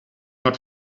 not